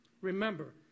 Remember